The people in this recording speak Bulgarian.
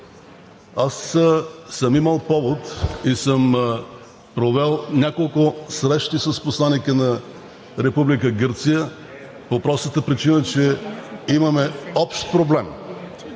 съм повод и съм провел няколко срещи с посланика на Република Гърция по простата причина, че имаме общ проблем